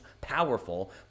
powerful